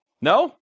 No